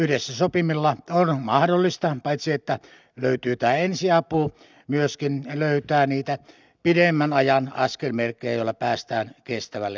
yhdessä sopimalla on mahdollista paitsi löytää tämä ensiapu myöskin löytää niitä pidemmän ajan askelmerkkejä joilla päästään kestävälle pohjalle